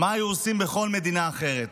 מה היו עושים בכל מדינה אחרת.